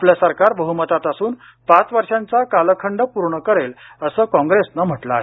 आपलं सरकार बहुमतात असून पाच वर्षांचा कालखंड पूर्ण करेल असं काँग्रेसनं म्हटलं आहे